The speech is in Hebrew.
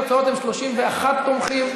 התוצאות הן: 31 תומכים,